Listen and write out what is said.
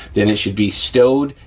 then it should be stowed,